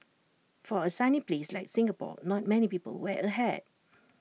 for A sunny place like Singapore not many people wear A hat